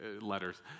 letters